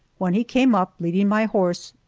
when he came up, leading my horse,